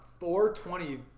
420